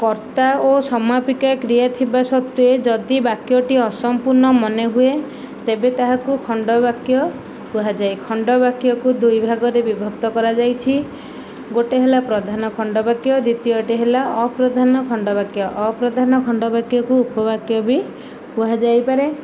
କର୍ତ୍ତା ଓ ସମାପିକା କ୍ରିୟା ଥିବା ସତ୍ୱେ ଯଦି ବାକ୍ୟଟି ଅସମ୍ପୂର୍ଣ୍ଣ ମନେ ହୁଏ ତେବେ ତାହାକୁ ଖଣ୍ଡ ବାକ୍ୟ କୁହାଯାଏ ଖଣ୍ଡ ବାକ୍ୟକୁ ଦୁଇ ଭାଗରେ ବିଭକ୍ତ କରାଯାଇଛି ଗୋଟିଏ ହେଲା ପ୍ରଧାନ ଖଣ୍ଡ ବାକ୍ୟ ଦ୍ଵିତୀୟଟି ହେଲା ଅପ୍ରଧାନ ଖଣ୍ଡ ବାକ୍ୟ ଅପ୍ରଧାନ ଖଣ୍ଡ ବାକ୍ୟକୁ ଉପଵାକ୍ୟ ବି କୁହାଯାଇ ପାରେ